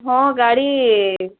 ହଁ ଗାଡ଼ି